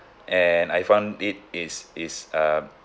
and I found it is is a